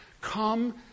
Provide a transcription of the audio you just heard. come